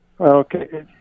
Okay